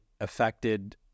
affected